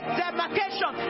demarcation